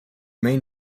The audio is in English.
main